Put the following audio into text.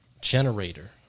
Generator